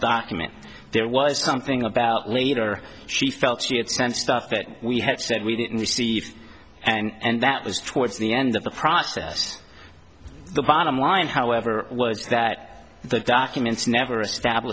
document there was something about later she felt she had sent stuff that we had said we didn't receive and that was towards the end of the process the bottom line however was that the documents never estab